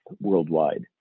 worldwide